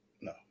No